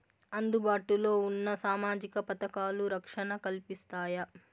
అందుబాటు లో ఉన్న సామాజిక పథకాలు, రక్షణ కల్పిస్తాయా?